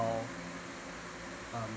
how um